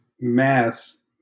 mass